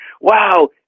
wow